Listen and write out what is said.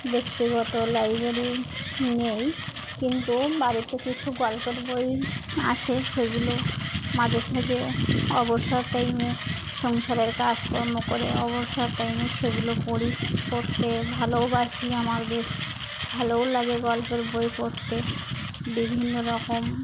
ব্যক্তিগত লাইব্রেরি নেই কিন্তু বাড়িতে কিছু গল্পের বই আছে সেগুলো মাঝে সাঝে অবসর টাইমে সংসারের কাজকর্ম করে অবসর টাইমে সেগুলো পড়ি পড়তে ভালোওবাসি আমার বেশ ভালোও লাগে গল্পের বই পড়তে বিভিন্ন রকম